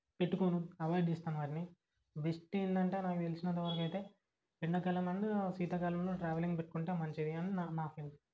పెట్టుకోను అవాయిడ్ చేస్తాను వాటిని బెస్ట్ ఏందంటే నాకు తెలిసినంతవరకు అయితే ఎండాకాలంలో లేదా శీతాకాలంలో ట్రావెలింగ్ పెట్టుకుంటే మంచిది అని మా నా ఫీలింగ్